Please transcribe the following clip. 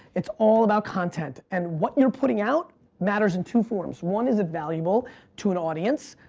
it's all about content, and what you're putting out matters in two forms. one, is it valuable to an audience?